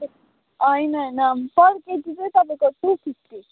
होइन होइन पर केजीकै तपाईँको टु फिफ्टी